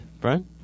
Brian